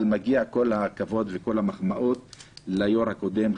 אבל מגיעים כל הכבוד וכל המחמאות ליושב-ראש הקודם,